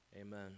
amen